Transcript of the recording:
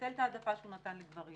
ביטל את ההעדפה שהוא נתן לגברים